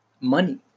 money